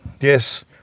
yes